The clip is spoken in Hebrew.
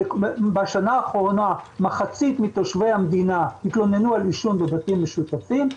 בשנה האחרונה מחצית מתושבי המדינה התלוננו על עישון בבתים משותפים,